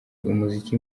umuziki